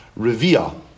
Revia